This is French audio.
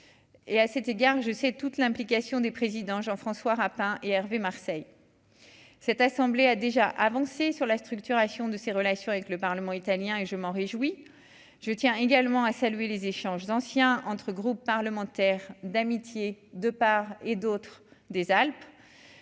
et à cet égard je sais toute l'implication des présidents Jean-François Rapin et Hervé Marseille, cette assemblée a déjà avancé sur la structuration de ses relations avec le Parlement italien et je m'en réjouis, je tiens également à saluer les échanges ancien entre groupes parlementaires d'amitié, de part et d'autre des Alpes,